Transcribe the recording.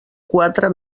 quatre